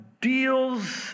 deals